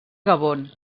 gabon